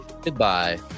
goodbye